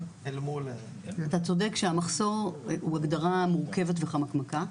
אל מול --- אתה צודק שהמחסור הוא הגדרה מורכבת וחמקמקה,